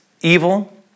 evil